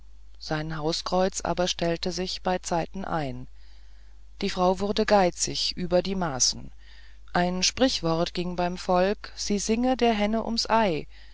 sein hauskreuz aber stellte sich beizeiten ein die frau wurde geizig über die maßen ein sprichwort ging beim volk sie singe der henne ums ei